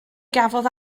gafodd